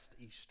Easter